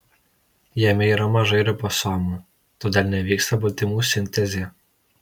jame yra mažai ribosomų todėl nevyksta baltymų sintezė